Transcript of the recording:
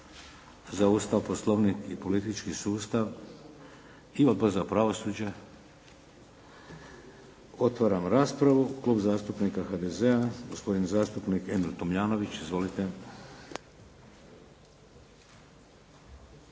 Za Ustav, Poslovnik i politički sustav? I Odbor za pravosuđe? Otvaram raspravu. Klub zastupnika HDZ-a, gospodin zastupnik Emil Tomljanović. Izvolite.